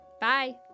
Bye